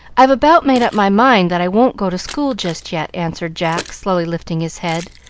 i've about made up my mind that i won't go to school just yet, answered jack, slowly lifting his head,